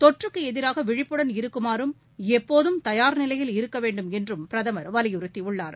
தொற்றுக்குஎதிராகவிழிட்புடன் இருக்குமாறும் எப்போதும் தயார் நிலையில் இருக்கவேண்டும் என்றும்பிரதமர் வலிபுறுத்தியுள்ளார்